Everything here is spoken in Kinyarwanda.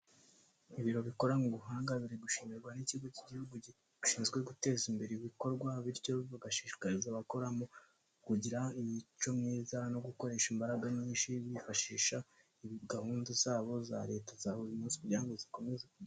Ibiro bikoranywe ubuhanga biri gushimirwa n'Ikigo k'Igihugu gishinzwe guteza imbere ibikorwa, bityo bagashishikariza abakoramo kugira imico myiza no gukoresha imbaraga nyinshi, bifashisha gahunda zabo za leta za buri munsi kugira ngo zikomeze...